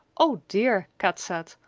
oh dear, kat said,